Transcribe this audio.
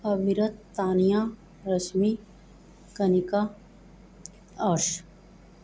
Amrit Tania Rashmi Kanika Arsh